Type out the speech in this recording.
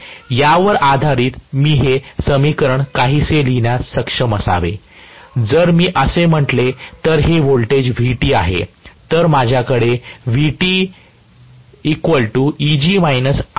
तर यावर आधारित मी हे समीकरण काहीसे लिहिण्यास सक्षम असावे जर मी असे म्हटले तर हे व्होल्टेज Vt आहे तर माझ्याकडे VtEg IaRa असेल